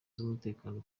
z’umutekano